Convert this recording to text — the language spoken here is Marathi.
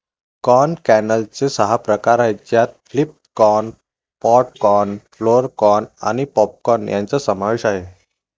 कॉर्न कर्नलचे सहा प्रकार आहेत ज्यात flint corn, pod corn, flour corn आणि पॉप कॉर्न यांचा समावेश आहे